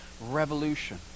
revolution